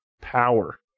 power